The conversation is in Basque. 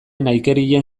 nahikerien